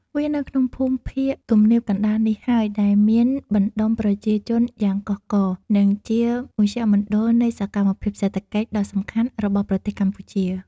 វានៅក្នុងភូមិភាគទំនាបកណ្ដាលនេះហើយ ដែលមានបណ្ដុំប្រជាជនយ៉ាងកុះករ និងជាមជ្ឈមណ្ឌលនៃសកម្មភាពសេដ្ឋកិច្ចដ៏សំខាន់របស់ប្រទេសកម្ពុជា។